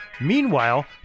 Meanwhile